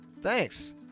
Thanks